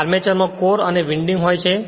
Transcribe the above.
armature માં core અને winding હોય છે